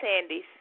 Sandy's